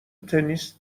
تنیس